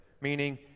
meaning